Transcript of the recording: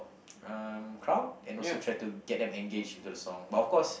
um crowd and also try to get them engaged into the song but of course